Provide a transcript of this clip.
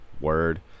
word